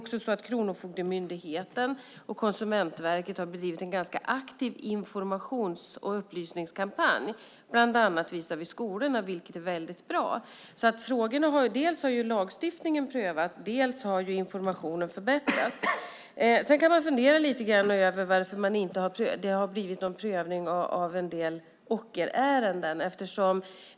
Kronofogdemyndigheten och Konsumentverket har bedrivit en ganska aktiv informations och upplysningskampanj, bland annat visavi skolorna vilket är väldigt bra. Lagstiftningen har prövats och informationen har förbättrats. Man kan ju fundera över varför det inte har blivit någon prövning av en del ockerärenden.